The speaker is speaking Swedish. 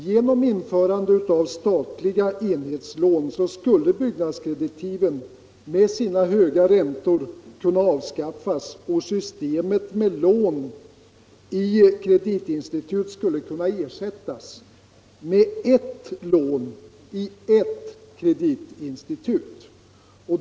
Genom införande av statliga enhetslån skulle byggnadskreditiven med sina höga räntor kunna avskaffas och systemet med lån i kreditinstitut skulle kunna ersättas med ett lån i ett kreditinstitut.